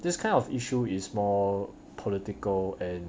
this kind of issue is more political and